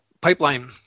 pipeline